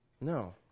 No